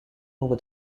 over